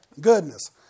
Goodness